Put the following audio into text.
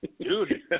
dude